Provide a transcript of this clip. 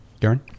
Darren